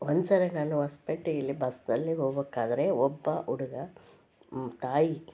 ಒಂದುಸಲ ನಾನು ಹೊಸ್ಪೇಟೆಯಲ್ಲಿ ಬಸ್ನಲ್ಲಿ ಹೋಗ್ಬೇಕಾದ್ರೆ ಒಬ್ಬ ಹುಡುಗ ತಾಯಿ